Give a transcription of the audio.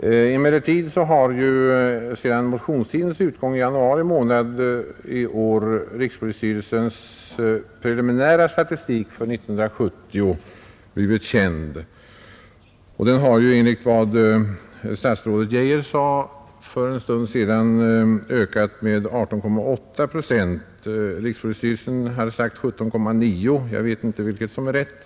Emellertid har ju sedan motionstidens utgång i januari månad i år rikspolisstyrelsens preliminära statistik för 1970 blivit känd. Enligt vad statsrådet Geijer sade för en stund sedan har antalet brott ökat med 18,8 procent, medan rikspolisstyrelsen uppgav 17,9 procent. Jag vet inte vilket som är det rätta.